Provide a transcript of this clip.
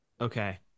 Okay